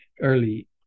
early